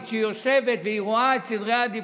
שהיא יושבת ורואה את סדרי העדיפויות,